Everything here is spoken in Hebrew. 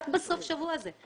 רק בסוף השבוע הזה.